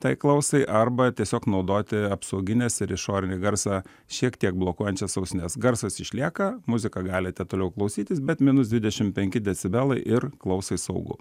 tai klausai arba tiesiog naudoti apsaugines ir išorinį garsą šiek tiek blokuojančias ausines garsas išlieka muziką galite toliau klausytis bet minus dvidešim penki decibelai ir klausai saugu